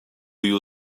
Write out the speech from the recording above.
you